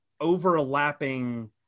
overlapping